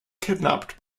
kidnapped